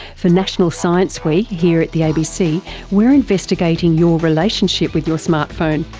for national science week here at the abc we're investigating your relationship with your smart phone.